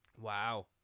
Wow